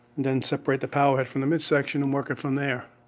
then separate the powerhead from the midsection and working from there.